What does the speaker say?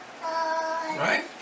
Right